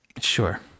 Sure